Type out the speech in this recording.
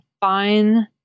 fine